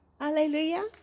Hallelujah